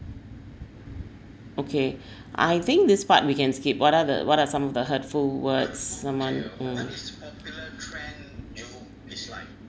okay I think this part we can skip what are the what are some of the hurtful words someone mm